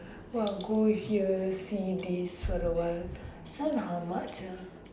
!wah! go here see this for awhile this one how much ah